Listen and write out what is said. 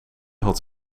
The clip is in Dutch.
had